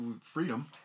freedom